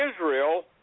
Israel